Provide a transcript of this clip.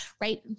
right